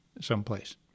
someplace